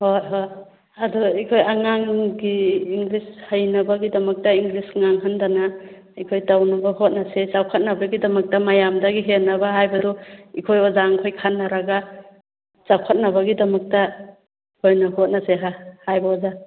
ꯍꯣꯏ ꯍꯣꯏ ꯑꯗꯨ ꯑꯩꯈꯣꯏ ꯑꯉꯥꯡꯒꯤ ꯏꯪꯂꯤꯁ ꯍꯩꯅꯕꯒꯤꯗꯃꯛꯇ ꯏꯪꯂꯤꯁ ꯉꯥꯡꯍꯟꯗꯅ ꯑꯩꯈꯣꯏ ꯇꯧꯅꯕ ꯍꯣꯠꯅꯁꯦ ꯆꯥꯎꯈꯠꯅꯕꯒꯤꯗꯃꯛꯇ ꯃꯌꯥꯝꯗꯒꯤ ꯍꯦꯟꯅꯕ ꯍꯥꯏꯕꯗꯣ ꯑꯩꯈꯣꯏ ꯑꯣꯖꯥ ꯃꯈꯩ ꯈꯟꯅꯔꯒ ꯆꯥꯎꯈꯠꯅꯕꯒꯤꯗꯃꯛꯇ ꯑꯩꯈꯣꯏꯅ ꯍꯣꯠꯅꯁꯤꯔ ꯍꯥꯏꯕ ꯑꯣꯖꯥ